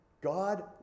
God